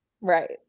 Right